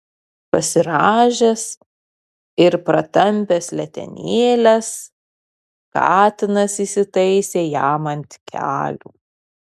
pasirąžęs ir pratampęs letenėles katinas įsitaisė jam ant kelių